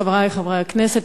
חברי חברי הכנסת,